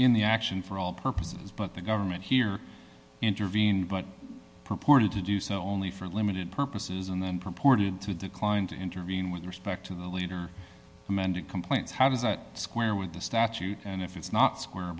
in the action for all purposes but the government here intervened but purported to do so only for limited purposes and then purported to decline to intervene with respect to the later amended complaint how does that square with the statute and if it's not square